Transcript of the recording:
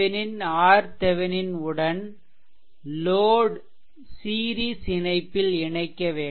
vThevenin RThevenin உடன் load series இணைப்பில் இணைக்க வேண்டும்